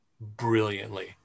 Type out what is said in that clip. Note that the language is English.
brilliantly